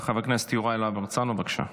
חבר הכנסת יוראי להב הרצנו, בבקשה.